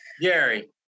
Gary